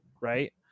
right